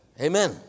Amen